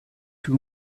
two